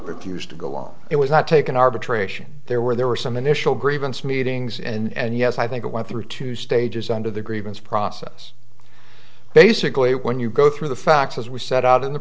refused to go along it was not taken arbitration there were some initial grievance meetings and yes i think it went through two stages under the grievance process basically when you go through the facts as we set out in the